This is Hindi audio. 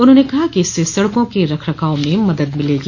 उन्होने कहा कि इससे सड़को के रखरखाव में मदद मिलेगी